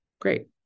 great